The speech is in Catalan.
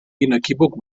inequívoc